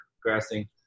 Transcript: progressing